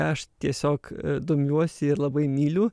aš tiesiog domiuosi ir labai myliu